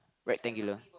rectangular